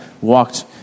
walked